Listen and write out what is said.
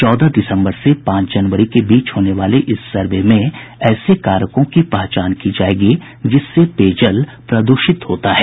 चौदह दिसम्बर से पांच जनवरी के बीच होने वाले इस सर्वे में ऐसे कारकों की पहचान की जायेगी जिससे पेयजल प्रदूषित होता है